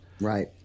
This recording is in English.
Right